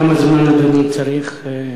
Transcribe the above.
כמה זמן אדוני צריך?